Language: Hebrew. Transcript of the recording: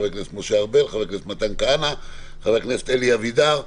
משה ארבל, מתן כהנא, אלי אבידר,